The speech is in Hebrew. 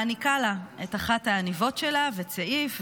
והיא מעניקה לה את אחת העניבות שלה וצעיף,